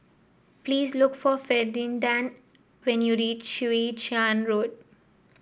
please look for Ferdinand when you reach Chwee Chian Road